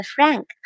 Frank